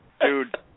Dude